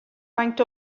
faint